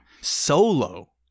solo